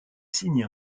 signe